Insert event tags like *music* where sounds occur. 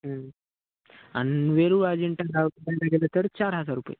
आणि वेरूळ अजिंठा *unintelligible* तर चार हजार रुपये